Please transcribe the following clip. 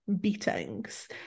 beatings